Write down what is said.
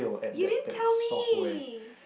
you didn't tell me